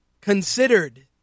considered